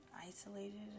isolated